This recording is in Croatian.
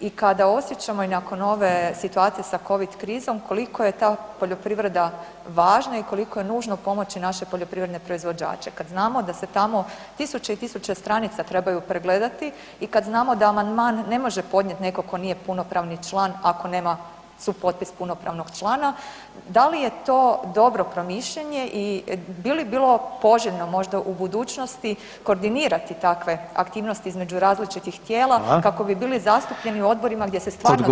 i kada osjećamo i nakon ove situacije sa covid krizom koliko je ta poljoprivreda važna i koliko je nužno pomoći naše poljoprivredne proizvođače, kad znamo da se tamo tisuće i tisuće stranica trebaju pregledati i kad znamo da amandman ne može podnijeti neko ko nije punopravni član ako nema supotpis punopravnog člana, da li je to dobro promišljanje i bi li bilo poželjno možda u budućnosti koordinirati takve aktivnosti između različitih tijela [[Upadica Reiner: Hvala.]] kako bi bili zastupljeni u odborima gdje se stvarno donose zakoni?